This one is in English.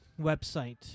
website